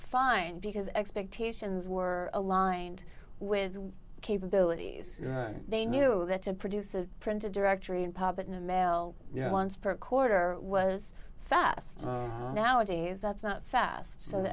fine because expectations were aligned with capabilities and they knew that to produce a printed directory and pop it in a mail you know once per quarter was fast nowadays that's not fast so the